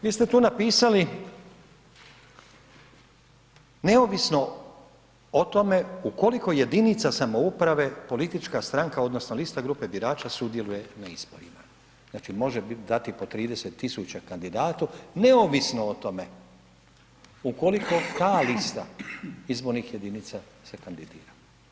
Vi ste tu napisali neovisno o tome u koliko jedinica samouprave politička stranka odnosno lista grupe birača sudjeluje na izborima, znači, može dati po 30.000,00 kn kandidatu neovisno o tome ukoliko ta lista izbornih jedinica se kandidira.